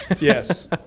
Yes